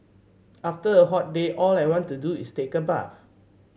after a hot day all I want to do is take a bath